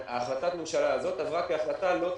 החלטת הממשלה הזאת עברה כהחלטה לא תקציבית.